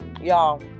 y'all